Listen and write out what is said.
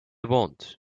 want